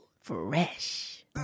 Fresh